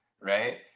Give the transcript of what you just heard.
Right